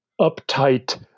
uptight